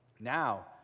Now